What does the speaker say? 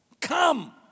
Come